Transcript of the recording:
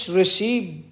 received